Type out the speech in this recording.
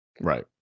right